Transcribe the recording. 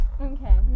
Okay